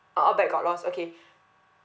oh oh bag got lost okay